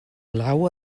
law